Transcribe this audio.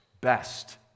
best